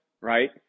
right